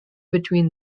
between